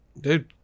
dude